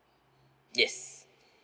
yes